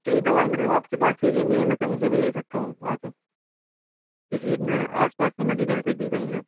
تو یہ دوائی مطلب آپ کے پاس ہی لینی ہے میں کہیں سے بھی لے سکتا ہوں آکے کسی اپنے آس پاس کے میڈیکل سے بھی کہیں سے